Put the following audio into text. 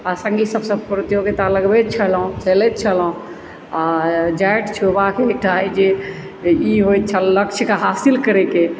आ सङ्गी सबसँ प्रतियोगिता लगबैत छलहुॅं खेलैत छलहुॅं आ छल जे ई एकटा होइ छल जे एकटा लक्ष्यके हासिल करैके